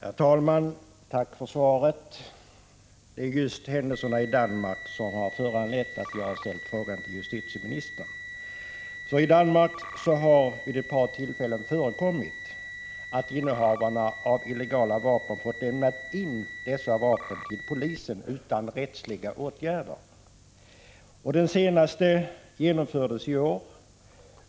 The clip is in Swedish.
Herr talman! Jag tackar för svaret. Det är just händelserna i Danmark som föranlett att jag ställt denna fråga till justitieministern. I Danmark har det vid ett par tillfällen förekommit att innehavare av illegala vapen fått lämna in dessa till polisen utan att rättsliga åtgärder vidtagits. Den senaste inlämningen genomfördes i år.